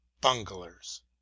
bunglers